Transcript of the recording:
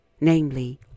namely